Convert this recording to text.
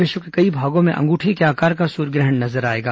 विश्व के कई भागों में अंगूठी के आकार का सूर्य ग्रहण नजर आयेगा